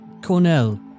Cornell